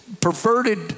perverted